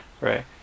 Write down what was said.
right